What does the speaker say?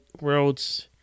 world's